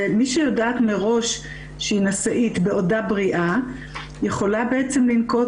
ומי שיודעת מראש שהיא נשאית בעודה בריאה יכולה בעצם לנקוט